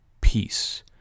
peace